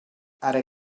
ara